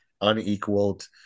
unequaled